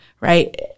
right